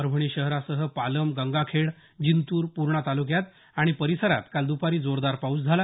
परभणी शहरासह पालम गंगाखेड जिंतूर पूर्णा तालुक्यात आणि परिसरात काल दुपारी जोरदार पाऊस झाला